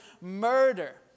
Murder